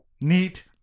neat